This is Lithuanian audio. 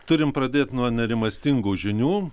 turim pradėt nuo nerimastingų žinių